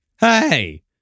Hey